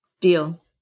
Deal